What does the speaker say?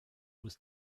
was